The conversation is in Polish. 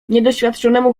niedoświadczonemu